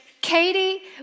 Katie